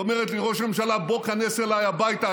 אומרת לי: ראש הממשלה, בוא תיכנס אליי הביתה.